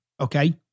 okay